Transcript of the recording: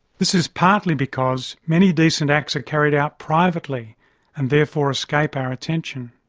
this is partly because many decent acts are carried out privately and therefore escape our attention.